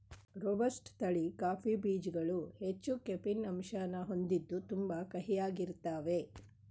robusta ತಳಿ coffee ಬೀಜ್ಗಳು ಹೆಚ್ಚು ಕೆಫೀನ್ ಅಂಶನ ಹೊಂದಿದ್ದು ತುಂಬಾ ಕಹಿಯಾಗಿರ್ತಾವೇ